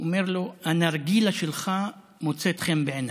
אומר לו: הנרגילה שלך מוצאת חן בעיניי.